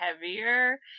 heavier